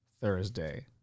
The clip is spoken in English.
Thursday